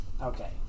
Okay